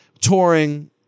touring